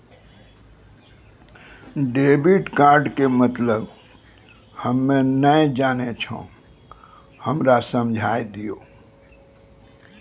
Debit card के मतलब हम्मे नैय जानै छौ हमरा समझाय दियौ?